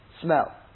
smell